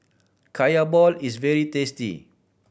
Kaya ball is very tasty